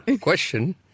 Question